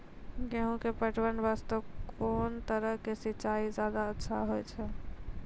गेहूँ के पटवन वास्ते कोंन तरह के सिंचाई ज्यादा अच्छा होय छै?